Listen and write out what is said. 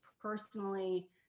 personally